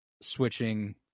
switching